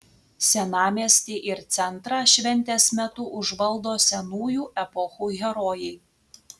senamiestį ir centrą šventės metu užvaldo senųjų epochų herojai